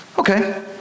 okay